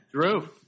Drew